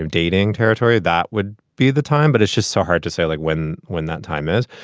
dating territory, that would be the time. but it's just so hard to say, like when when that time is.